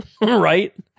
right